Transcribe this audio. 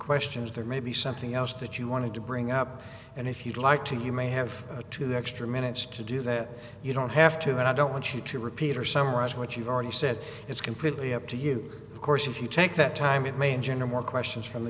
questions there may be something else that you wanted to bring up and if you'd like to you may have two extra minutes to do that you don't have to and i don't want you to repeat or summarize what you've already said it's completely up to you of course if you take that time it may engender were questions from the